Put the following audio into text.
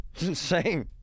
insane